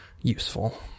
useful